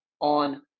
on